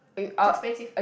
expensive